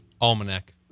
Almanac